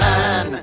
Man